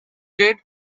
did